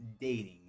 dating